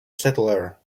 settler